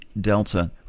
Delta